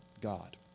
God